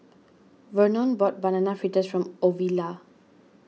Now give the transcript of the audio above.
Vernon bought Banana Fritters for Ovila